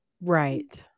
Right